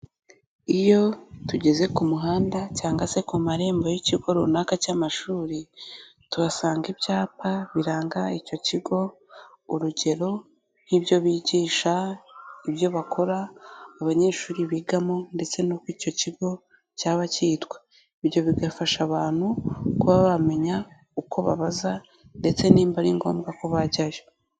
Iyo tugeze ku muhanda cyangwa se ku marembo y'ikigo runaka cy'amashuri, tuhasanga ibyapa biranga icyo kigo, urugero nk'ibyo bigisha, ibyo bakora, abanyeshuri bigamo, ndetse n'uko icyo kigo cyaba cyitwa. Ibyo bigafasha abantu kuba bamenya uko babaza, ndetse niba ari ngombwa ko bajyayo.